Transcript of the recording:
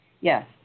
Yes